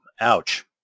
ouch